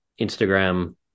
Instagram